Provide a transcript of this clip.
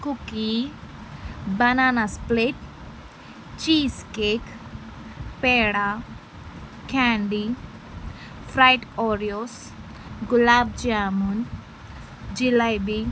cookie banana split cheese cake peda candy fried Oreos gulab jamun jalebi